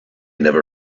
never